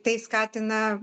tai skatina